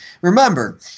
remember